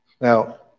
Now